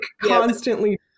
constantly